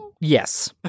Yes